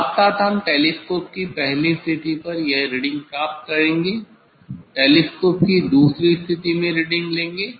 साथ साथ हम टेलीस्कोप की पहली स्थिति पर यह रीडिंग प्राप्त करेंगे टेलीस्कोप की दूसरी स्थिति में रीडिंग लेंगे